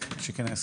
ועדת